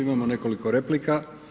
Imamo nekoliko replika.